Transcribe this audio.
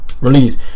release